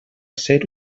ser